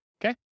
Okay